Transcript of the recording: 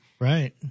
Right